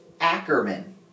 ackerman